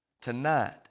tonight